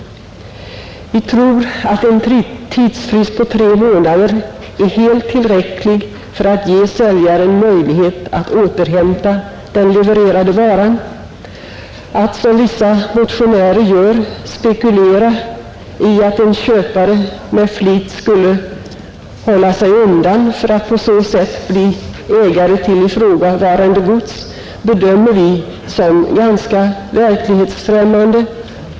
Vi tror att en tidsfrist på tre månader är helt tillräcklig för att ge säljaren möjlighet att återhämta den levererade varan. Att, som vissa motionärer gör, spekulera i att en köpare med flit skulle hålla sig undan för att på så sätt bli ägare till ifrågavarande gods bedömer vi som ganska verklighetsfrämmande.